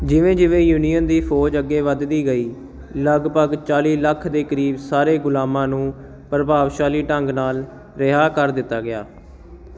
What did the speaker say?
ਜਿਵੇਂ ਜਿਵੇਂ ਯੂਨੀਅਨ ਦੀ ਫੌਜ ਅੱਗੇ ਵੱਧਦੀ ਗਈ ਲਗਭਗ ਚਾਲੀ ਲੱਖ ਦੇ ਕਰੀਬ ਸਾਰੇ ਗੁਲਾਮਾਂ ਨੂੰ ਪ੍ਰਭਾਵਸ਼ਾਲੀ ਢੰਗ ਨਾਲ ਰਿਹਾਅ ਕਰ ਦਿੱਤਾ ਗਿਆ